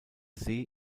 see